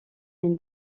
une